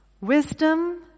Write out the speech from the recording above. Wisdom